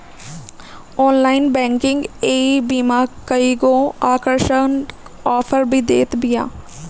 online banking ईबीमा के कईगो आकर्षक आफर भी देत बिया